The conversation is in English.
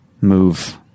move